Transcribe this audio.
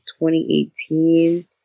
2018